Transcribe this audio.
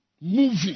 Moving